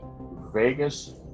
Vegas